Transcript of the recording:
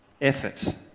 effort